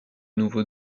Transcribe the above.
nouveau